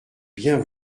bien